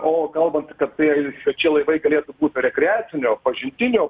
o kalbant kad tai šie laivai galėtų būti rekreacinio pažintinio